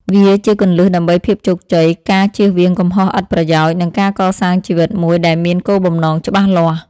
វាជាគន្លឹះដើម្បីភាពជោគជ័យ ការជៀសវាងកំហុសឥតប្រយោជន៍ និងការកសាងជីវិតមួយដែលមានគោលបំណងច្បាស់លាស់។